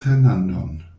fernandon